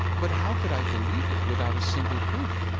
but how could i believe it without a single proof?